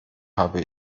habe